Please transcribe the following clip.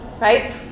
right